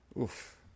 Oof